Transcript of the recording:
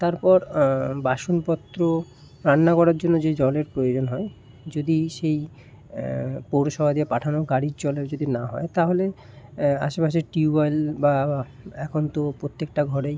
তারপর বাসনপত্র রান্না করার জন্য যে জলের প্রয়োজন হয় যদি সেই পুরসভা দিয়ে পাঠানো গাড়ির জলেও যদি না হয় তাহলে আশেপাশের টিউবওয়েল বা এখন তো প্রত্যেকটা ঘরেই